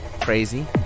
crazy